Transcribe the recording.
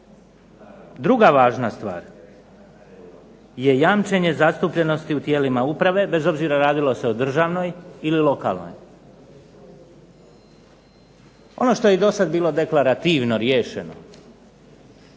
Druga važna stvar je jamčenje zastupljenosti u tijelima uprave, bez obzira radilo se o državnoj ili lokalnoj. Ono što je i dosad bilo deklarativno riješeno,